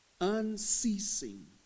unceasing